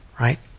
right